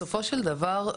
בסופו של דבר,